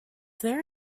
there